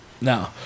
No